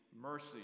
mercy